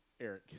Eric